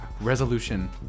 resolution